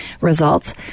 results